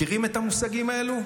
אתם מכירים את המושגים האלה?